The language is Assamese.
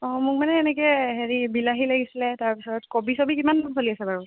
অ' মোক মানে এনেকৈ হেৰি বিলাহী লাগিছিলে তাৰপিছত কবি ছবি কিমান চলি আছে বাৰু